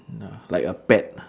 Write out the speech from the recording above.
!hanna! like a pet